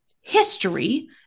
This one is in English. history